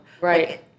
Right